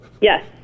Yes